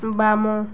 ବାମ